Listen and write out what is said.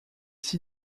six